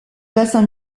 bassin